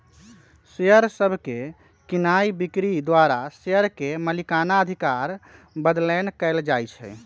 share सभके कीनाइ बिक्री द्वारा शेयर के मलिकना अधिकार बदलैंन कएल जाइ छइ